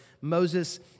Moses